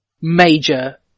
major